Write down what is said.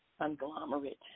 conglomerate